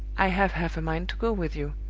i have half a mind to go with you,